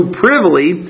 privily